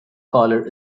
collar